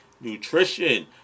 Nutrition